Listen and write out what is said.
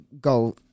go